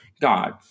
God